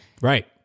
Right